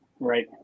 Right